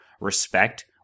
respect